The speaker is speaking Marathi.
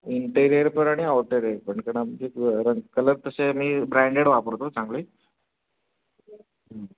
इंटेरियर पण आणि आउटेरियर पण कारण आमचे रंग कलर तसे मी ब्रँडेड वापरतो चांगले